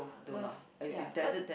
uh the ya but